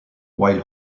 while